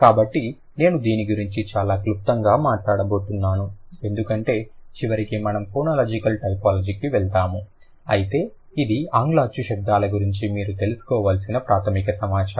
కాబట్టి నేను దీని గురించి చాలా క్లుప్తంగా మాట్లాడబోతున్నాను ఎందుకంటే చివరికి మనము ఫోనోలాజికల్ టైపోలాజీకి వెళ్తాము అయితే ఇది ఆంగ్ల అచ్చు శబ్దాల గురించి మీరు తెలుసుకోవలసిన ప్రాథమిక సమాచారం